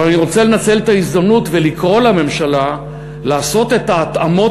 אבל אני רוצה לנצל את ההזדמנות ולקרוא לממשלה לעשות את ההתאמות